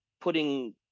putting